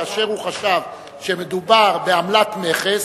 כאשר הוא חשב שמדובר בעמלת מכס,